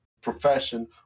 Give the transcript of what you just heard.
profession